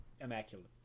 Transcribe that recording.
immaculate